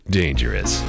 dangerous